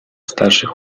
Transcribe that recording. starszych